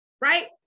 right